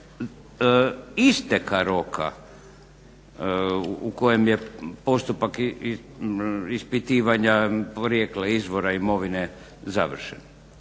isteka roka u kojem postupak ispitivanja porijekla, izvora imovine završen.